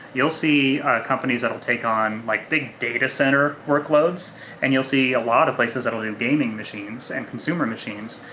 you'll see companies that will take on like big data center workloads and you'll see a lot of places that'll do and gaming machines and consumer machines,